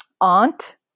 aunt